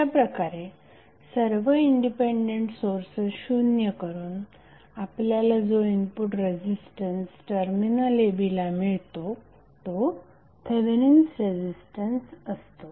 अशाप्रकारे सर्व independent sources शुन्य करून आपल्याला जो input resistance terminal a b ला मिळतो तो थेवेनिन्स रेझिस्टन्स Thevenin's resistance असतो